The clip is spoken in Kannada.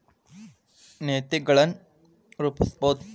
ನೇತಿಗಳನ್ ರೂಪಸ್ಬಹುದು